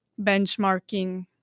benchmarking